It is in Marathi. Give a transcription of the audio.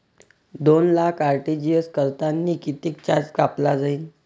दोन लाख आर.टी.जी.एस करतांनी कितीक चार्ज कापला जाईन?